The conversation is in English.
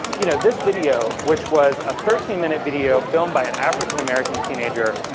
you know, this video, which was a thirteen minute video filmed by an african-american teenager,